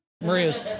Maria's